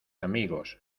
amigos